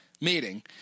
Meeting